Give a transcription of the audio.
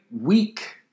week